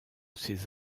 ces